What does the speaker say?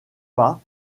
pas